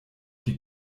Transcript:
die